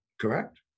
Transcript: correct